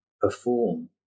perform